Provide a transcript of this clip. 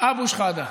אבו שחאדה.